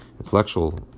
intellectual